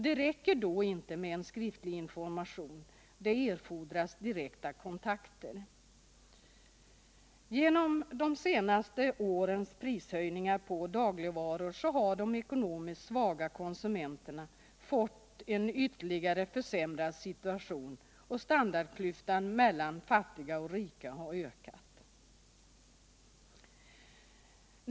Det räcker då inte med skriftlig information, utan det erfordras direkta kontakter. Genom de scnaste årens prishöjningar på dagligvaror har de ekonomiskt svaga konsumenterna fått en ytterligare försämrad situation, och standardklyftan mellan fattiga och rika har ökat.